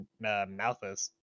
Malthus